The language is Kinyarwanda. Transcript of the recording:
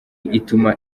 ituma